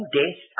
death